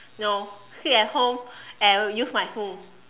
no sit at home and use my phone